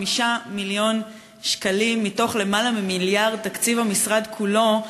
5 מיליון שקלים מתוך למעלה ממיליארד שהוא תקציב המשרד כולו,